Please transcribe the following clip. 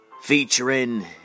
Featuring